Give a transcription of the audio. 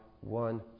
one